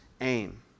aim